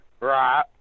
Right